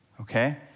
okay